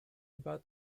about